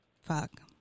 Fuck